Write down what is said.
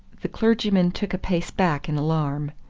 the clergyman took a pace back in alarm.